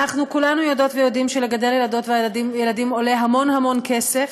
אנחנו כולנו יודעות ויודעים שלגדל ילדות וילדים עולה המון המון כסף,